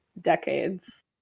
decades